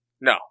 No